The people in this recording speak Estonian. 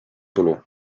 tulu